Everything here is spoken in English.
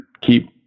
keep